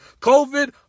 COVID